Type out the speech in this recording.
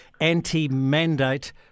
anti-mandate